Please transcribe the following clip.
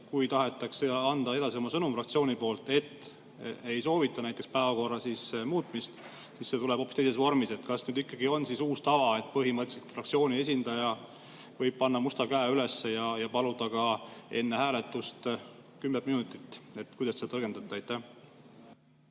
on tahetud anda edasi oma sõnumit fraktsiooni nimel, et ei soovita näiteks päevakorra muutmist, siis see on tulnud hoopis teises vormis. Kas nüüd ikkagi on uus tava, et põhimõtteliselt fraktsiooni esindaja võib panna musta käe üles ja paluda ka enne hääletust kümmet minutit? Kuidas te seda tõlgendate? Aitäh!